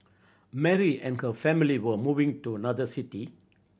Mary and her family were moving to another city